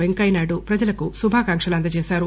పెంకయ్యనాయుడు ప్రజలకు శుభాకాంక్షలు అందజేశారు